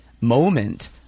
moment